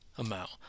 amount